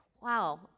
Wow